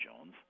Jones